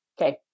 Okay